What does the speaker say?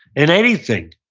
in anything.